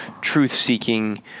truth-seeking